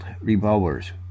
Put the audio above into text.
revolvers